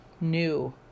new